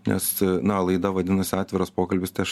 nes na laida vadinasi atviras pokalbis tai aš